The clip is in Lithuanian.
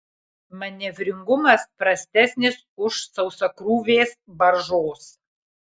manevringumas prastesnis už sausakrūvės baržos